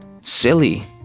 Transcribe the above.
silly